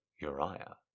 Uriah